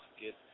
Get